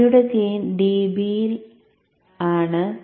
I യുടെ gain dB യിൽ ആണ്